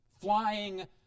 flying